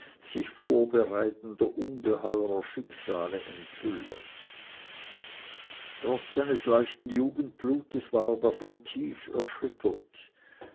sich vorbereitender ungeheurer schicksale enthülle trotz seines leichten jugendblutes war er davon tief erschüttert